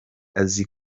azi